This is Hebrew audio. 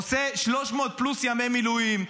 עושה 300 פלוס ימי מילואים,